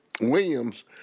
Williams